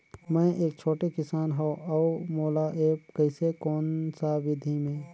मै एक छोटे किसान हव अउ मोला एप्प कइसे कोन सा विधी मे?